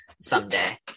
Someday